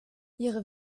ihre